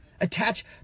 Attach